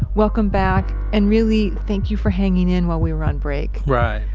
welcome back, and really, thank you for hanging in while we were on break. right.